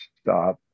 stop